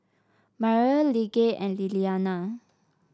Mariel Lige and Liliana